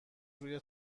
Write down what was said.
روی